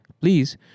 please